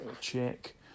check